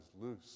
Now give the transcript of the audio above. loose